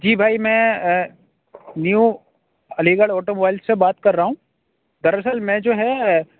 جی بھائی میں new Aligarh automobile سے بات کر رہا ہوں دراصل میں جو ہے